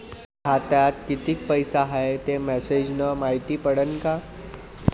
खात्यात किती पैसा हाय ते मेसेज न मायती पडन का?